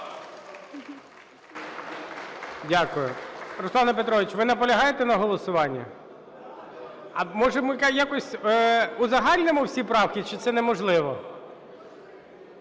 Дякую. Руслане Петровичу, ви наполягаєте на голосуванні? А може якось узагальнимо всі правки, чи це неможливо?